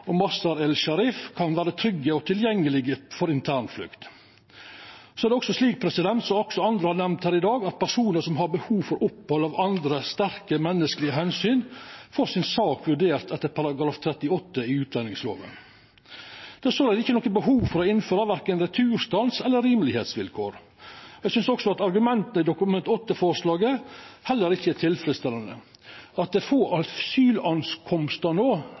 og Mazar-e Sharif kan vera trygge og tilgjengelege for internflukt. Så er det slik som også andre har nemnt her i dag, at personar som har behov for opphald av andre sterke menneskelege omsyn, får saka si vurdert etter § 38 i utlendingslova. Det er såleis ikkje noko behov for å innføra verken returstans eller rimelegheitsvilkår. Eg synest argumenta i Dokument 8-forslaget heller ikkje er tilfredsstillande. At det er få